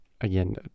Again